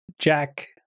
Jack